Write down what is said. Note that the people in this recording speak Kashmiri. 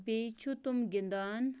بیٚیہِ چھُ تم گِںٛدان